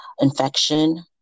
infection